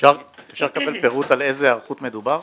אפשר לקבל פירוט היערכות מדובר?